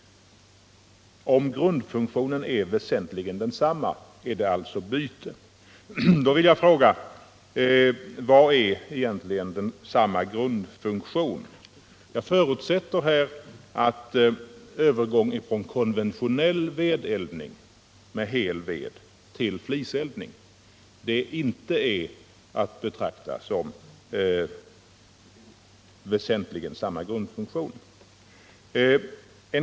Om grundfunktionen är väsentligen densamma är det alltså byte. Då vill jag fråga: Vad är egentligen samma grundfunktion? Jag förutsätter här, att anläggning för konventionell vedeldning med hel ved resp. anläggning för fliseldning inte kan betraktas som om de har väsentligen samma grundfunktion, och att byte i sådant fall inte är underhåll.